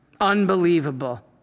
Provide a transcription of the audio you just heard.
Unbelievable